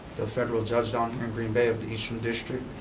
the federal judge down here in green bay, of the eastern district,